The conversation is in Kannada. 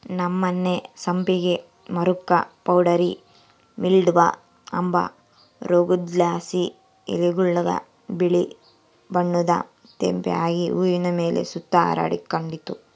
ನಮ್ಮನೆ ಸಂಪಿಗೆ ಮರುಕ್ಕ ಪೌಡರಿ ಮಿಲ್ಡ್ವ ಅಂಬ ರೋಗುದ್ಲಾಸಿ ಎಲೆಗುಳಾಗ ಬಿಳೇ ಬಣ್ಣುದ್ ತೇಪೆ ಆಗಿ ಹೂವಿನ್ ಮೇಲೆ ಸುತ ಹರಡಿಕಂಡಿತ್ತು